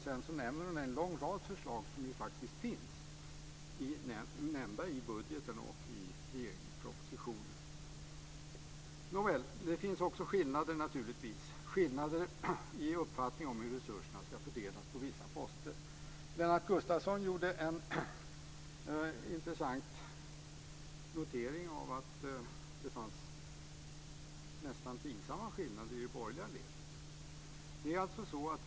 Sedan nämner hon en lång rad förslag som ju faktiskt finns nämnda i budgeten och i regeringens proposition. Nåväl, det finns naturligtvis också skillnader i uppfattning om hur resurserna ska fördelas på vissa poster. Lennart Gustavsson gjorde en intressant notering av att det fanns nästan pinsamma skillnader i det borgerliga ledet.